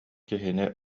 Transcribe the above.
киһини